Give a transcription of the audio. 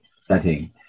setting